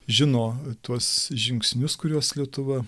žino tuos žingsnius kuriuos lietuva